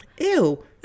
ew